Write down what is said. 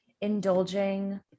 indulging